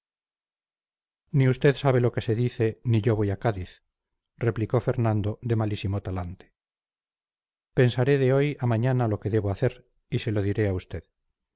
ni usted sabe lo que se dice ni yo voy a cádiz replicó fernando de malísimo talante pensaré de hoy a mañana lo que debo hacer y se lo diré a usted